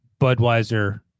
Budweiser